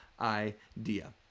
idea